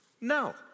No